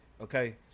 Okay